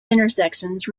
intersections